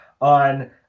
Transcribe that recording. on